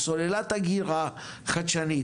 או סוללת אגירה חדשנית,